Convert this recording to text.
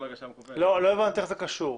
לא הבנתי איך זה קשור.